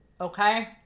Okay